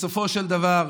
בסופו של דבר,